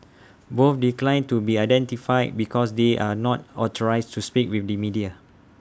both declined to be identified because they are not authorised to speak with the media